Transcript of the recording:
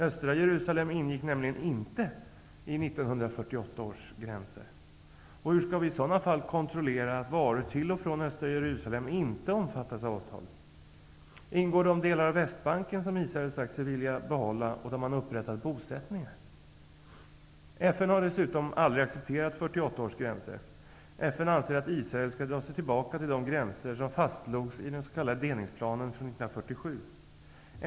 Östra Jerusalem ligger nämligen inte innanför 1948 års gränser! Och hur skall vi i sådana fall kontrollera att varor till och från östra Jerusalem inte omfattas av avtalet? Ingår de delar av Västbanken som Israel har sagt sig vilja behålla och där man har upprättat bosättningar? FN har dessutom aldrig accepterat 1948 års gränser. FN anser att Israel skall dra sig tillbaka till de gränser som fastslogs i den s.k. delningsplanen från 1947.